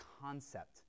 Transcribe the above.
concept